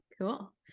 cool